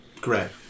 Correct